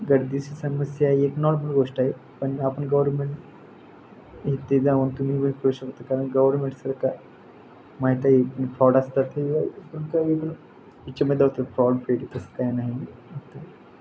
गर्दीची समस्या एक नॉर्मल गोष्ट आहे पण आपण गव्हर्मेंट हे ते जाऊन तुम्ही करू शकता कारण गव्हर्मेंट सर काय माहित आहे एक फ्रॉड असतात काही पण इच्छा मैदा होतो फ्रॉड फेट तसं काय नाही